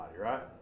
right